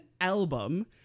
album